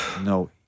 No